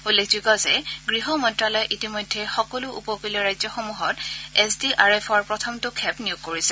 উল্লেখযোগ্য যে গৃহ মন্ত্যালয়ে ইতিমধ্যে সকলো উপকূলীয় ৰাজ্যসমূহৰ এছ ডি আৰ এফৰ প্ৰথমটো খেপ নিয়োগ কৰিছে